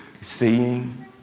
Seeing